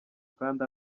kandi